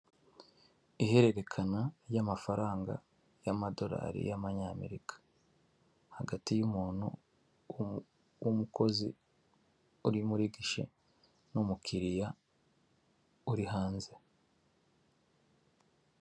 Ihererekana ry'amafaranga y'amadorari y'abanyamerika hagati y'umuntu w'umukozi uri muri gishe n'umukiriya uri hanze.